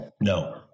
no